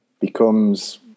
becomes